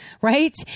right